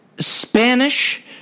Spanish